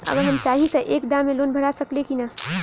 अगर हम चाहि त एक दा मे लोन भरा सकले की ना?